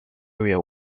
area